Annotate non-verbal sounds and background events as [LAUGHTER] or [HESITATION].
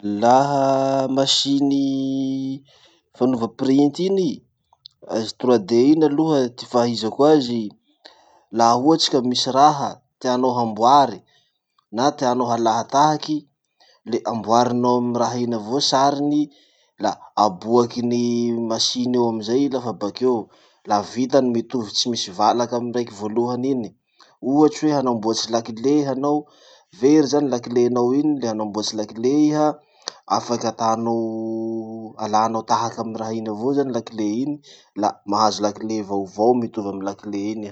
[NOISE] Laha masiny fanova printy iny i, azy trois D iny aloha ty fahaizako azy, laha ohatsy ka misy raha tianao hamboary, na tianao halatahaky, le amboarinao amy raha iny avao sariny la aboakin'ny masiny io amizay i lafa bakeo. La vitany mitovy tsy misy valaky amy raiky voalohany iny. Ohatsy hoe hanamboatsy lakile hanao, very zany lakilenao iny la hanamboatsy lakile iha, afaky atanao [HESITATION] alanao tahaky amy raha iny avao zany lakile iny, la mahazo lakile vaovao mitovy amy lakile iny iha.